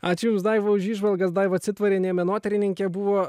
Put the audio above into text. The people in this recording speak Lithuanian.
ačiū jums daiva už įžvalgas daiva citvarienė menotyrininkė buvo